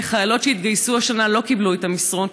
החיילות שהתגייסו השנה לא קיבלו את המסרון,